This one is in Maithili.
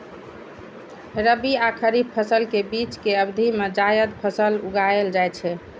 रबी आ खरीफ फसल के बीच के अवधि मे जायद फसल उगाएल जाइ छै